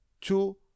two